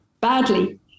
badly